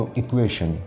equation